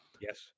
Yes